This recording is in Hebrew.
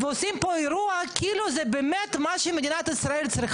לטובת מפלגה אחת ועושים פה אירוע כאילו זה באמת מה שמדינת ישראל צריכה.